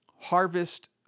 harvest